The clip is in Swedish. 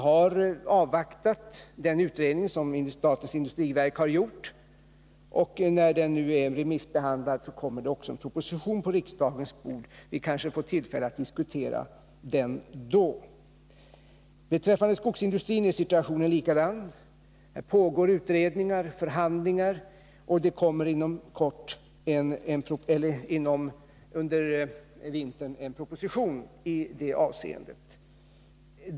Vi har avvaktat den utredning som statens industriverk har gjort, och sedan denna nu remissbehandlats kommer det som sagt att läggas en proposition på riksdagens bord, så vi kanske får tillfälle att diskutera frågan då. För skogsindustrin är situationen densamma. Här pågår utredningar och förhandlingar, och en proposition kommer att föreläggas riksdagen under vintern.